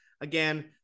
again